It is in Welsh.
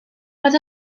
roedd